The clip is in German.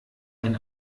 ein